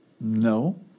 No